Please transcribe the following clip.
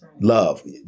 Love